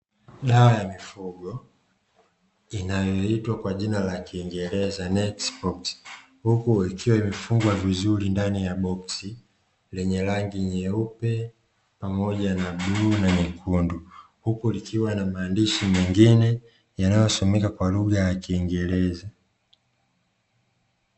Dawa ya mifugo inayoitwa kwa jina la kiingereza "NETSPOT", huku ikiwa imefungwa vizuri ndani ya boksi lenye rangi nyeupe, pamoja na bluu na nyekundu huku likiwa na maandishi mengine yanayosomeka kwa lugha ya kiingereza.